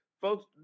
Folks